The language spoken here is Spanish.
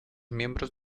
miembros